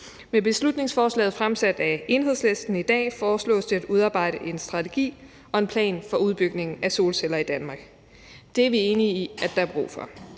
Med beslutningsforslaget fremsat af Enhedslisten foreslås det at udarbejde en strategi og en plan for udbygningen af solceller i Danmark. Det er vi enige i at der er brug for,